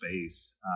space